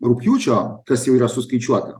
rugpjūčio kas jau yra suskaičiuota